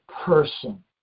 person